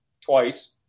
twice